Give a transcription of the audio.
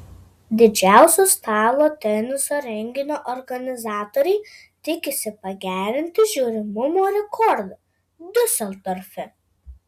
didžiausio stalo teniso renginio organizatoriai tikisi pagerinti žiūrimumo rekordą diuseldorfe